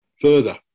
further